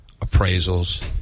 appraisals